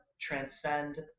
transcend